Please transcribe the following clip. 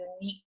unique